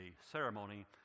ceremony